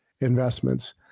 investments